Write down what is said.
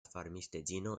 farmistedzino